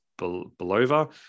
Belova